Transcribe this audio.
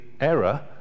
error